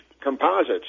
composites